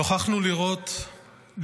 נוכחנו לראות,